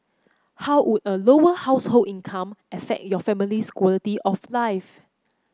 how would a Lower Household income affect your family's quality of life